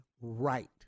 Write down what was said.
right